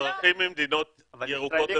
אזרחים ממדינות ירוקות,